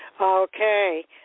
Okay